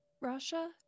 Russia